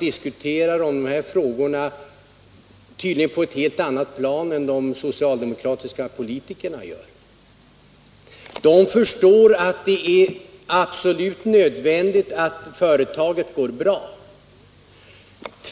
diskuterar de här frågorna med sin företagsledning på ett helt annat sätt än vad de socialdemokratiska politikerna gör. De anställda och företagsledarna förstår nämligen att det är absolut nödvändigt att företaget går bra.